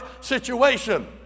situation